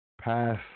pass